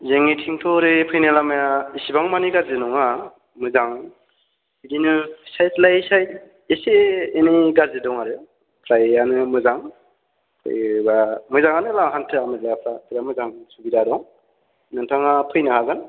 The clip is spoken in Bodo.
जोंनिथिंथ' ओरै फैनाय लामाया एसेबां माने गाज्रि नङा मोजां बिदिनो साइद लायै साइद एसे एनै गाज्रि दं आरो फ्रायानो मोजां फैयोबा मोजाङानो लामा हान्था मेलाफ्रा बिराद मोजां सुबिदा दं नोंथाङा फैनो हागोन